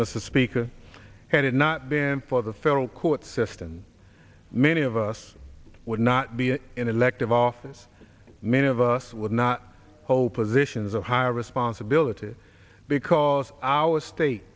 mr speaker had it not been for the federal court system many of us would not be in elective office many of us would not hold positions of higher responsibility because our state